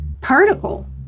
particle